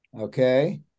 okay